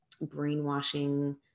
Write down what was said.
brainwashing